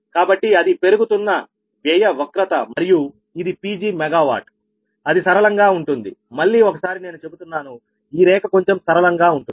కాబట్టి అది పెరుగుతున్న వ్యయ వక్రత మరియు ఇది Pgమెగావాట్ అది సరళంగా ఉంటుంది మళ్లీ ఒకసారి నేను చెబుతున్నాను ఈ రేఖ కొంచెం సరళంగా ఉంటుంది